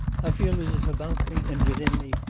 i feel as if about me and within me,